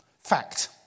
fact